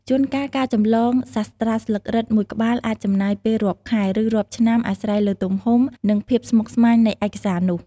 ជួនកាល ការចម្លងសាស្រ្តាស្លឹករឹតមួយក្បាលអាចចំណាយពេលរាប់ខែ ឬរាប់ឆ្នាំអាស្រ័យលើទំហំ និងភាពស្មុគស្មាញនៃឯកសារនោះ។